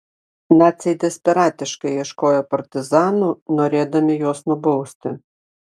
naciai desperatiškai ieškojo partizanų norėdami juos nubausti